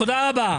תודה רבה.